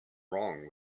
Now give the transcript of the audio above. wrong